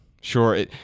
Sure